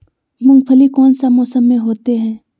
मूंगफली कौन सा मौसम में होते हैं?